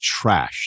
trashed